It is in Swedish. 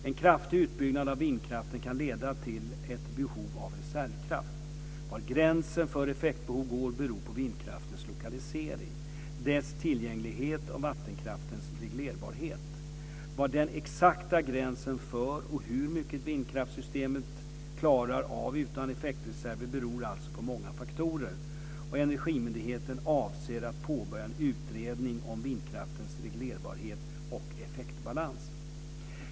En kraftig utbyggnad av vindkraften kan leda till ett behov av reservkraft. Var gränsen för effektbehov går beror på vindkraftens lokalisering, dess tillgänglighet och vattenkraftens reglerbarhet. Var den exakta gränsen går för hur mycket vindkraftssystemet klarar av utan effektreserv beror alltså på många faktorer. Energimyndigheten avser att påbörja en utredning om vindkraftens reglerbarhet och effektbalans.